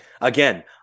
Again